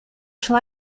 shall